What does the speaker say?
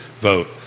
vote